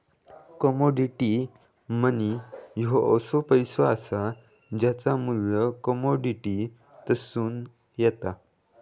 commodity money ह्यो असो पैसो असा ज्याचा मू्ल्य कमोडिटीतसून येता